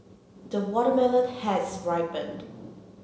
the watermelon has ripened